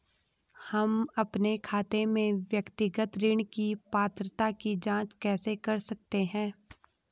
हम अपने खाते में व्यक्तिगत ऋण की पात्रता की जांच कैसे कर सकते हैं?